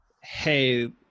hey